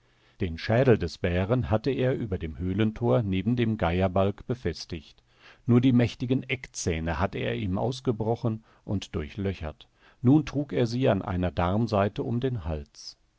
den schädel des bären hatte er über dem höhlentor neben dem geierbalg befestigt nur die mächtigen eckzähne hatte er ihm ausgebrochen und durchlöchert nun trug er sie an einer darmsaite um den hals